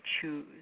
choose